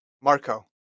Marco